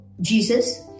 Jesus